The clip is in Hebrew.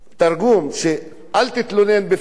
תרגום: אל תתלונן בפני,